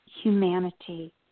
humanity